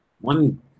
One